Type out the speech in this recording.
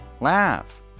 laugh